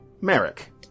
Merrick